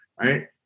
Right